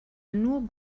nur